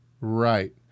right